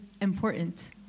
important